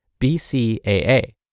BCAA